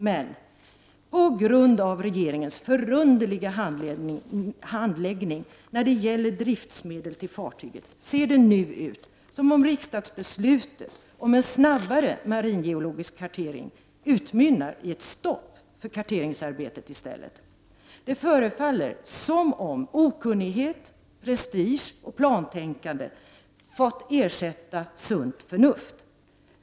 Men på grund av regeringens förunderliga handläggning när det gäller driftsmedel till fartyget ser det nu ut som om riksdagsbeslutet om en snabbare maringeologisk kartering i stället utmynnar i ett stopp för karteringsarbetet. Det förefaller som om okunnighet, prestige och plantänkande fått ersätta sunt förnuft.